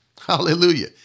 Hallelujah